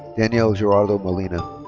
daniel gerardo molina.